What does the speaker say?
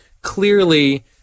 clearly